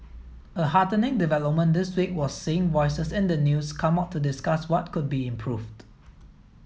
a heartening development this week was seeing voices in the news come out to discuss what could be improved